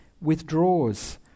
withdraws